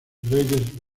reyes